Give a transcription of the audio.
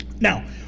Now